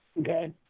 okay